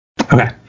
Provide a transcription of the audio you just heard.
Okay